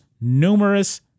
numerous